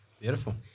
Beautiful